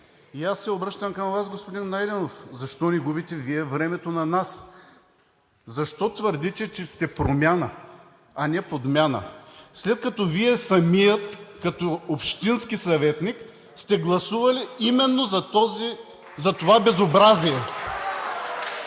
И аз се обръщам към Вас, господин Найденов: защо ни губите Вие времето на нас? Защо твърдите, че сте промяна, а не подмяна, след като Вие самият като общински съветник, сте гласували именно за това безобразие?